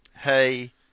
hey